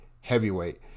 heavyweight